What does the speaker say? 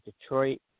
Detroit